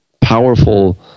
powerful